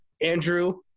Andrew